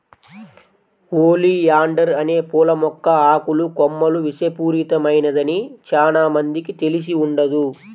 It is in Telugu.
ఒలియాండర్ అనే పూల మొక్క ఆకులు, కొమ్మలు విషపూరితమైనదని చానా మందికి తెలిసి ఉండదు